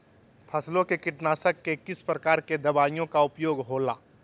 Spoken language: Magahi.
फसलों के कीटनाशक के किस प्रकार के दवाइयों का उपयोग हो ला?